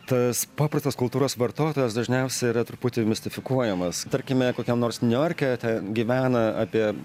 tas paprastas kultūros vartotojas dažniausiai yra truputį mistifikuojamas tarkime kokiam nors niujorke te gyvena apie